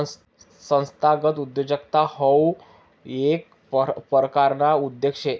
संस्थागत उद्योजकता हाऊ येक परकारना उद्योग शे